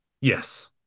Yes